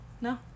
No